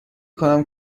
کنم